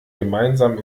gemeinsam